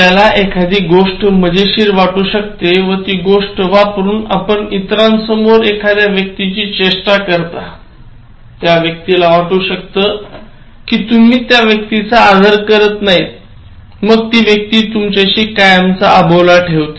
आपल्याला एखादी गोष्ट मजेशीर वाटू शकते व ती गोष्ट वापरून आपण इतरांसमोर एखाद्या व्यक्तीची चेष्टा करतात्या व्यक्तीला वाटू शकत कि तुम्ही त्या व्यक्तीचा आदर करत नाहीत आणि मग ती व्यक्ती तुमच्याशी कायमचा अबोला ठेवते